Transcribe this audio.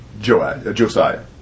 Josiah